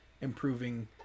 improving